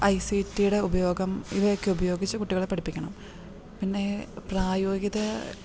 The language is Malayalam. ഐ സി റ്റിയുടെ ഉപയോഗം ഇവയൊക്കെ ഉപയോഗിച്ച് കുട്ടികളെ പഠിപ്പിക്കണം പിന്നെ പ്രായോഗിക